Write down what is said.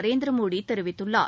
நரேந்திரமோடி தெரிவித்துள்ளார்